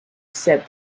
said